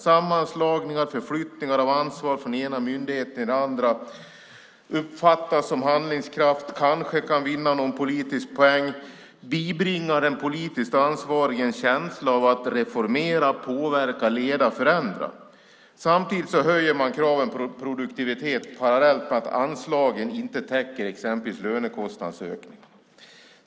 Sammanslagningar och förflyttningar av ansvar från den ena myndigheten till den andra uppfattas som handlingskraftigt. Det kanske gör att man vinner någon politisk poäng och bibringar den politiskt ansvariga en känsla av att kunna reformera, påverka, leda och förändra. Samtidigt höjer man kraven på produktivitet parallellt med att anslagen inte täcker exempelvis lönekostnadsökningar.